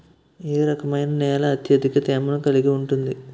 ఏ రకమైన నేల అత్యధిక తేమను కలిగి ఉంటుంది?